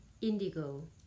indigo